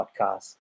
podcast